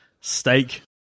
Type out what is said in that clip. steak